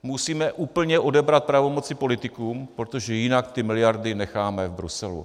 Musíme úplně odebrat pravomoci politikům, protože jinak ty miliardy necháme v Bruselu.